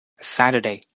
Saturday